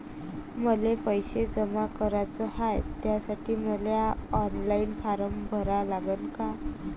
मले पैसे जमा कराच हाय, त्यासाठी मले ऑनलाईन फारम भरा लागन का?